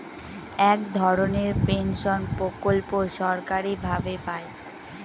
এক ধরনের পেনশন প্রকল্প সরকারি ভাবে পাই